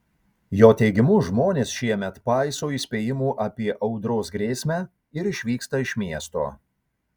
jo teigimu žmonės šiemet paiso įspėjimų apie audros grėsmę ir išvyksta iš miesto